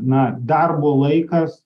na darbo laikas